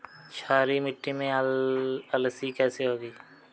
क्षारीय मिट्टी में अलसी कैसे होगी?